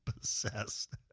possessed